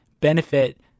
benefit